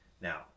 Now